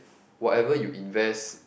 whatever you invest